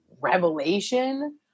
revelation